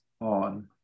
on